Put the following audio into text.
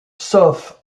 sauf